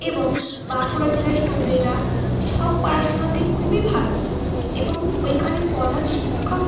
এবং বাঁকুড়া জেলার স্টুডেন্টরা সব পড়াশুনাতেই খুবই ভালো এবং ওইখানের প্রধান শিক্ষক